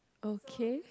okay